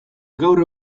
gaur